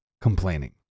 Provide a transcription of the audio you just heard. complaining